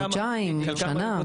חודשיים או שנה לפני.